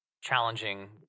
challenging